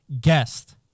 guest